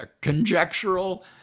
conjectural